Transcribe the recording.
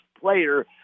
player